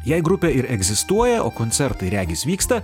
jei grupė ir egzistuoja o koncertai regis vyksta